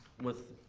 with